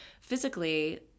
physically